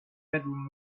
bedroom